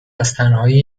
ازتنهایی